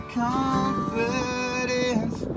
confidence